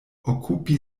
okupi